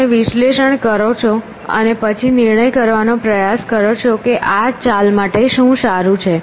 તમે વિશ્લેષણ કરો અને પછી નિર્ણય કરવાનો પ્રયાસ કરો કે આ ચાલ માટે શું સારું છે